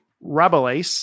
Rabelais